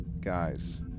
guys